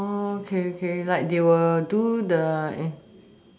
oh okay okay like they will do the